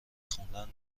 خوندن